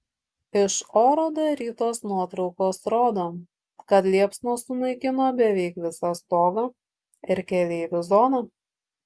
iš oro darytos nuotraukos rodo kad liepsnos sunaikino beveik visą stogą ir keleivių zoną